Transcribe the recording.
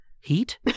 heat